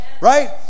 right